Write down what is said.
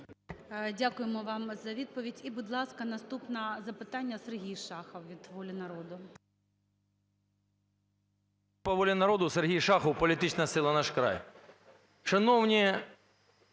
Дякуємо вам за відповідь. І, будь ласка, наступне запитання - Сергій Шахов від "Волі народу".